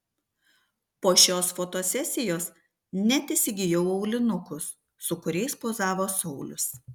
po šios fotosesijos net įsigijau aulinukus su kuriais pozavo saulius